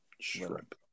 shrimp